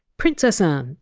princess um